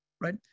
right